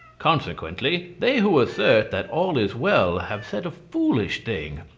consequently they who assert that all is well have said a foolish thing,